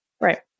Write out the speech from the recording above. Right